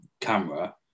camera